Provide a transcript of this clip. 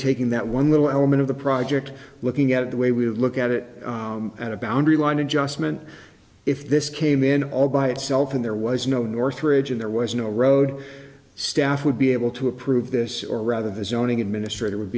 taking that one little element of the project looking at the way we look at it and a boundary line adjustment if this came in all by itself and there was no northridge and there was no road staff would be able to approve this or rather the zoning administrator would